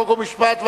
חוק ומשפט,